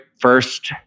first